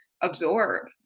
absorb